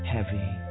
Heavy